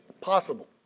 possible